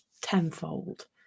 tenfold